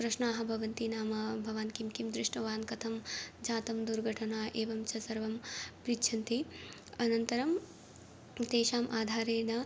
प्रश्नाः भवन्ति नाम भवान् किं किं दृष्टवान् कथं जातं दुर्घटना एवं च सर्वं पृच्छन्ति अनन्तरं तेषाम् आधारेण